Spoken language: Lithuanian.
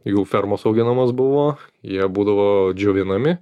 jų fermos auginamos buvo jie būdavo džiovinami